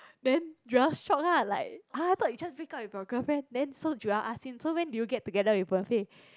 then Joel shocked lah like !huh! I thought you just break up with your girlfriend then so Joel ask him so when did you get together with Wen Fei